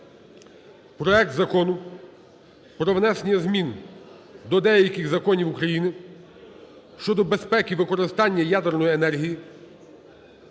проект Закону про внесення змін до деяких законів України щодо безпеки використання ядерної енергії